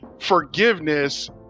forgiveness